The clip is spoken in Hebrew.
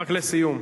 רק לסיום.